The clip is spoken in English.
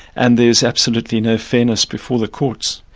and there's absolutely no fairness before the courts.